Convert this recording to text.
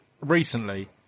recently